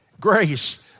Grace